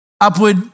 upward